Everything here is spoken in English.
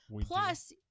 Plus